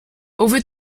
over